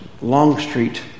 Longstreet